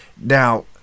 now